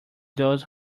those